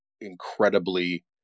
incredibly